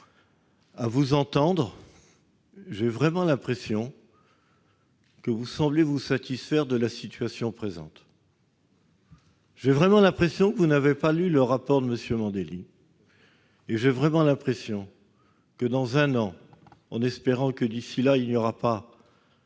À vous entendre, j'ai vraiment l'impression que vous vous satisfaites de la situation présente. J'ai vraiment l'impression que vous n'avez pas lu le rapport de M. Mandelli. Et j'ai vraiment l'impression que, dans un an, en espérant que, d'ici là, il n'y aura pas